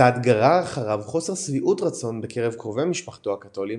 הצעד גרר אחריו חוסר שביעות רצון בקרב קרובי משפחתו הקתולים